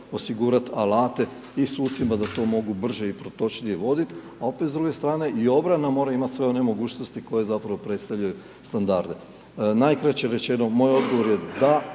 osigurati alate i sucima da to mogu brže i protočnije vodit, a opet s druge strane i obrana mora imati sve one mogućnosti koje zapravo predstavljaju standarde. Najkraće rečeno, moj odgovor je da,